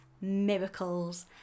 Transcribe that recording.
miracles